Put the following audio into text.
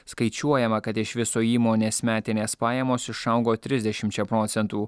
skaičiuojama kad iš viso įmonės metinės pajamos išaugo trisdešimčia procentų